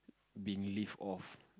being lift off